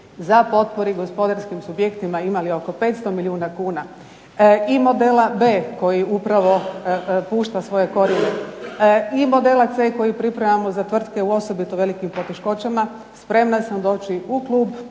za potpori gospodarskim subjektima imali oko 500 milijuna kuna. I modela B koji upravo pušta svoje korijene. I modela C koji pripremamo za tvrtke u osobito velikim poteškoćama. Spremna sam doći u klub